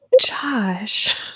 Josh